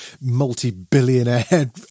multi-billionaire